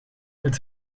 het